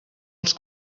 els